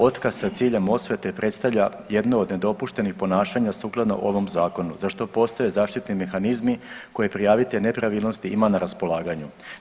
Otkaz sa ciljem osvete predstavlja jedno od nedopuštenih ponašanja sukladno ovom zakonu za što postoje zaštitni mehanizmi koje prijavitelj nepravilnosti ima na raspolaganju.